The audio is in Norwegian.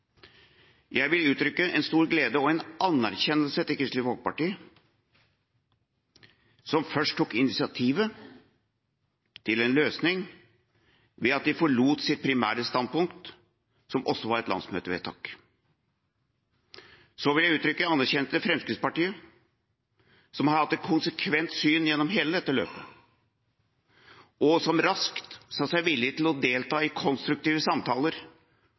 jeg uttrykke stor glede og anerkjennelse til Kristelig Folkeparti, som først tok initiativet til en løsning ved at de forlot sitt primære standpunkt, som også er et landsmøtevedtak. Så vil jeg uttrykke anerkjennelse til Fremskrittspartiet, som har hatt et konsekvent syn gjennom hele dette løpet, og som raskt sa seg villig til å delta i konstruktive samtaler